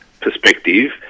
perspective